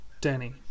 Danny